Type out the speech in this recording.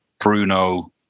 Bruno